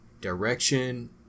direction